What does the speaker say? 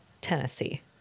tennessee